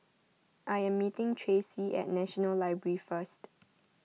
I am meeting Tracee at National Library first